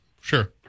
sure